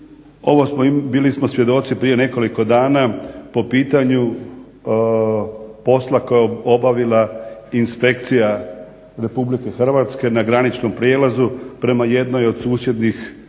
bili smo svjedoci prije nekoliko dana po pitanju posla koje je obavila inspekcija Republike Hrvatske na graničnom prijelazu prema jednoj od susjednih država